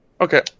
Okay